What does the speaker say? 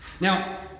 Now